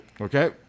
Okay